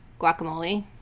Guacamole